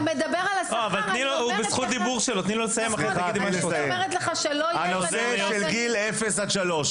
הדבר השני הוא הנושא של גיל לידה עד שלוש.